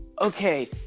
okay